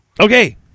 Okay